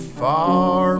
far